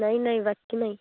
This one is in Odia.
ନାଇଁନାଇଁ ବାକିନାଇଁ